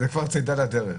זו כהר צידה לדרך.